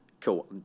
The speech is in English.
cool